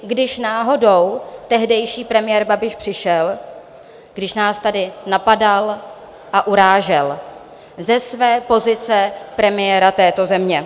Když náhodou tehdejší premiér Babiš přišel, když nás tady napadal a urážel ze své pozice premiéra této země.